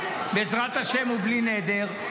בעזרת השם ובלי נדר.